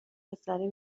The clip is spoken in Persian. پسره